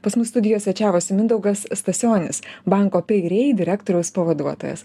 pas mus studijo svečiavosi mindaugas stasionis banko peigrei direktoriaus pavaduotojas